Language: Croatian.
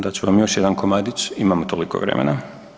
Dat ću vam još jedan komadić, imamo toliko vremena.